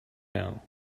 now